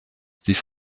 sie